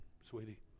sweetie